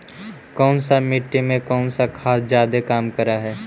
कौन सा मिट्टी मे कौन सा खाद खाद जादे काम कर हाइय?